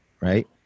right